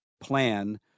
plan